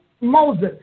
Moses